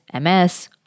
MS